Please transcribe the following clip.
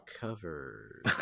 cover